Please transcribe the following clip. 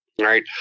Right